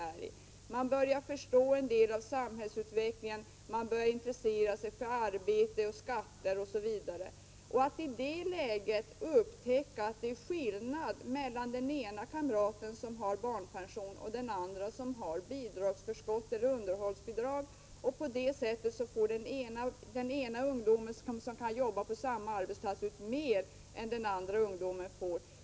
Man börjar förstå en del av samhällsutvecklingen. Man börjar 109 intressera sig för arbete, skatter osv. Det är verkligen inte bra att i det läget upptäcka att det är skillnad mellan den ena kamraten, som har barnpension, och den andra, som har bidragsförskott eller underhållsbidrag, så att av två ungdomar på samma arbetsplats får den ena ut mer än den andra.